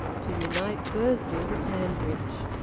to unite bursley with hanbridge.